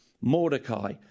Mordecai